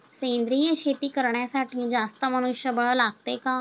सेंद्रिय शेती करण्यासाठी जास्त मनुष्यबळ लागते का?